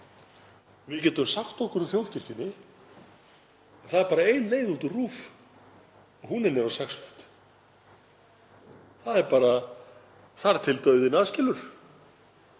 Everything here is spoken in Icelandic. Við getum sagt okkur úr þjóðkirkjunni en það er bara ein leið út úr RÚV og hún er niður á sex fet. Það er bara þar til dauðinn aðskilur.